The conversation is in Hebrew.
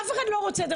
אף אחד לא רוצה את זה.